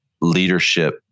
leadership